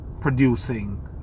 producing